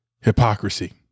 hypocrisy